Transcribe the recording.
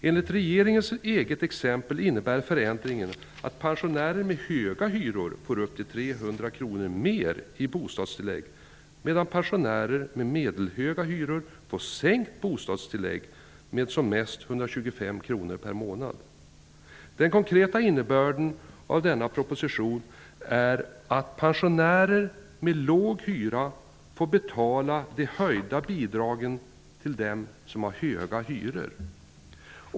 Enligt regeringens eget exempel innebär förändringen att pensionärer med höga hyror får upp till 300 kr mer i bostadstillägg, medan pensionärer med medelhöga hyror får sänkt bostadstillägg med som mest 125 kr per månad. Den konkreta innebörden av denna proposition är att pensionärer med låg hyra får betala de höjda bidragen till dem som har höga hyror.